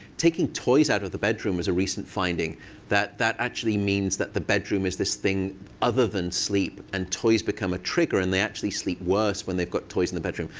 taking toys out of the bedroom is a recent finding that that actually means that the bedroom is this thing other than sleep, and toys become a trigger, and they actually sleep worse when they've got toys in the bedroom.